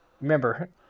Remember